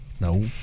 No